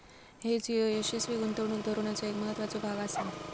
hedge ह्यो यशस्वी गुंतवणूक धोरणाचो एक महत्त्वाचो भाग आसा